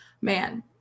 Man